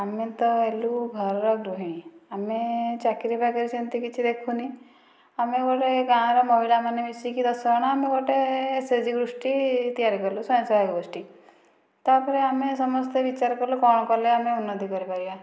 ଆମେତ ହେଲୁ ଘରର ଗୃହିଣୀ ଆମେ ଚାକିରି ବାକିରି ସେମିତି କିଛି ଦେଖୁନି ଆମେ ଗୋଟେ ଗାଁର ମହିଳାମାନେ ମିଶିକି ଦଶଜଣ ଆମେ ଗୋଟେ ଏସଏଚଜି ଗୋଷ୍ଠୀ ତିଆରି କଲୁ ସ୍ଵୟଂସହାୟକ ଗୋଷ୍ଠୀ ତାପରେ ଆମେ ସମସ୍ତେ ବିଚାର କଲୁ କଣକଲେ ଆମେ ଉନ୍ନତି କରିପାରିବା